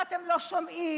ואתם לא שומעים,